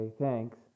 thanks